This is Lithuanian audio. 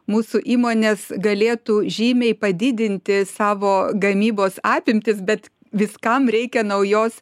mūsų įmonės galėtų žymiai padidinti savo gamybos apimtis bet viskam reikia naujos